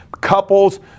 Couples